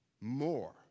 more